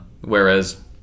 whereas